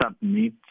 submit